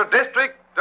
District